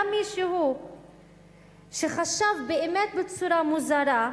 היה מישהו שחשב באמת בצורה מוזרה,